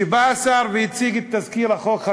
כשבא השר והציג את תזכיר החוק,